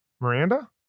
Miranda